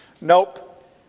Nope